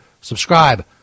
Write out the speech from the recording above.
subscribe